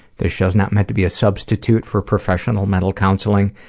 this show's not meant to be a substitute for professional mental counseling.